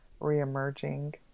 reemerging